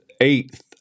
eighth